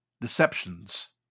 deceptions